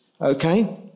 okay